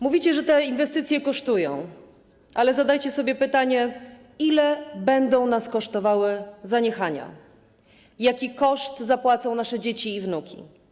Mówicie, że te inwestycje kosztują, ale zadajcie sobie pytanie, ile będą nas kosztowały zaniechania, jaki koszt zapłacą nasze dzieci i wnuki.